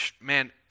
man